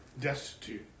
destitute